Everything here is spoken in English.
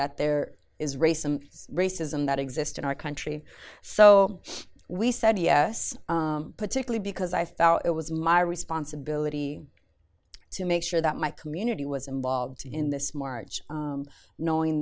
that there is racism racism that exists in our country so we said yes particularly because i felt it was my responsibility to make sure that my community was involved in this march knowing